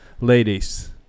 ladies